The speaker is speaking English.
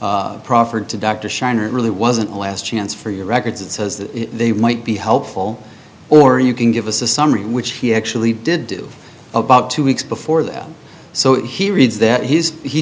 proffered to dr scheiner it really wasn't last chance for your records it says that they might be helpful or you can give us a summary in which he actually did do about two weeks before that so he reads that he's he